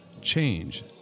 change